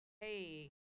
hey